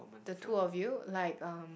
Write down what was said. the two of you like um